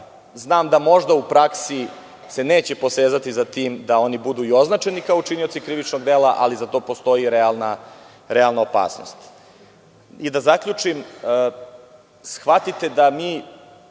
Znam da se možda u praksi neće posezati za tim da oni budu i označeni kao učinioci krivičnog dela, ali za to postoji realna opasnost. Da zaključim, shvatite da mi